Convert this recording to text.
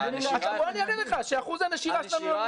בוא אני אראה לך שאחוז הנשירה שלנו --- הנשירה